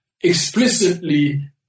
explicitly